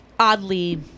Oddly